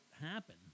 happen